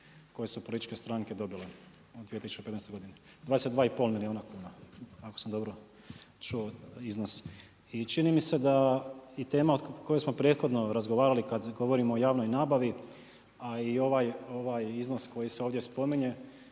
koje su političke stranke dobile u 2015. godini. 22 i pol milijuna kuna ako sam dobro čuo iznos. I čini mi se da tema o kojoj smo prethodno razgovarali kad govorimo o javnoj nabavi, a i ovaj iznos koji se ovdje spominje,